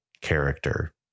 character